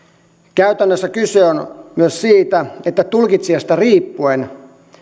käytännössä kyse on myös siitä että tulkitsijasta riippuen